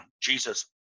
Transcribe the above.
Jesus